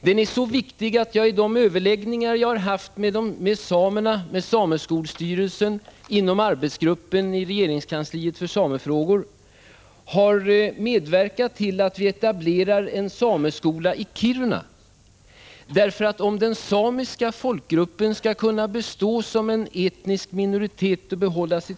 Den är så viktig att jag genom de överläggningar jag har haft med samerna, sameskolstyrelsen och inom arbetsgruppen för samefrågor i regeringskansliet har medverkat till att vi etablerar en sameskola i Kiruna. Om den samiska folkgruppen skall kunna bestå som en etnisk minoritet och behålla sit!